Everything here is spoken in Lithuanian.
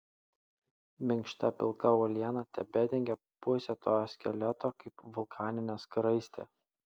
minkšta pilka uoliena tebedengė pusę to skeleto kaip vulkaninė skraistė